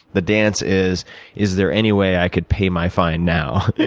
the dance is is there any way i could pay my fine now.